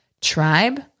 tribe